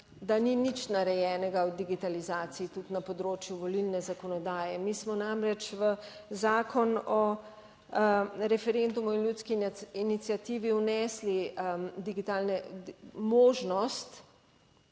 da ni nič narejenega o digitalizaciji tudi na področju volilne zakonodaje. Mi smo namreč v Zakon o referendumu in ljudski iniciativi vnesli možnost